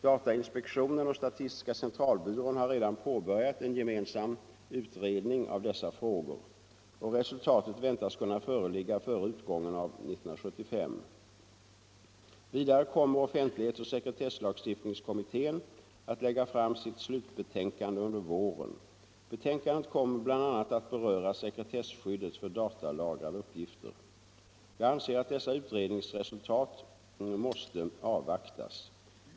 Datainspektionen och statistiska centralbyrån har redan påbörjat en gemensam utredning av dessa frågor. Resultatet väntas-kunna föreligga före utgången av 1975. Vidare kommer offentlighetsoch sekretesslagstiftningskommittén att lägga fram sitt slutbetänkande under våren. Betänkandet kommer bl.a. att beröra sekretesskyddet för datalagrade uppgifter. Jag anser att dessa utredningsresultat måste avvaktas.